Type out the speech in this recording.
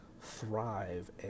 thrive